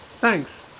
thanks